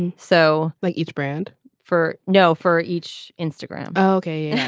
and so like each brand for know for each instagram ok